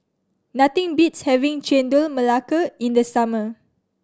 nothing beats having Chendol Melaka in the summer